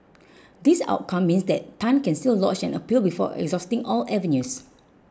this outcome means that Tan can still lodge an appeal before exhausting all avenues